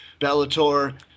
Bellator